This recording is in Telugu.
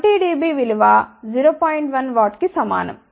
1 W కి సమానం సరే